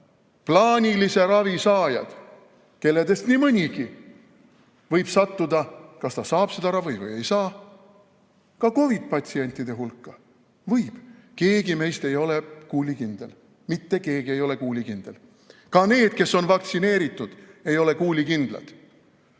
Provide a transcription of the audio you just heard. vajavad. Plaanilise ravi saajad, kelledest nii mõnigi võib sattuda, kas ta saab seda ravi või ei saa, ka COVID-i patsientide hulka. Võib! Keegi meist ei ole kuulikindel. Mitte keegi ei ole kuulikindel! Ka need, kes on vaktsineeritud, ei ole kuulikindlad.